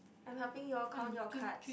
I am helping you all count your cards